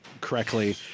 correctly